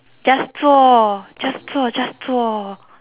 just 做 just 做 just 做